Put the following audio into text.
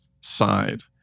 side